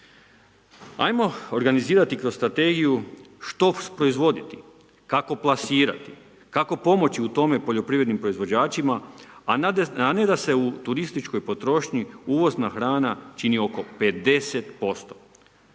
Ajmo organizirati kroz strategiju što proizvoditi, kako plasirati, kako pomoći u tome poljoprivrednim proizvođačima a ne da s u turističkoj potrošnji uvozna hrana čini oko 50%